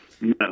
no